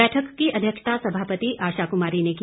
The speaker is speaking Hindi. बैठक की अध्यक्षता सभापति आशा कुमारी ने की